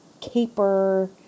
caper